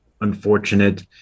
unfortunate